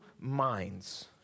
minds